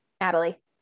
Natalie